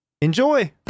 Enjoy